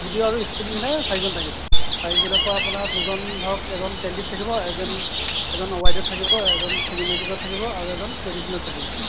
video আৰু still মিলাই চাৰিজন থাকিব চাৰিজনৰ পৰা আপোনাৰ দুজন ধৰক এজন কেনডিড থাকিব এজন ৱাইডত থাকিব এজন চিনেমেটিকত থাকিব আৰু এজন ট্ৰেডিচনেলত থাকিব